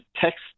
text